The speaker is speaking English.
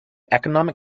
economic